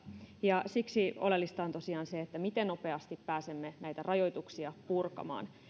ja siksi oleellista on tosiaan se miten nopeasti pääsemme näitä rajoituksia purkamaan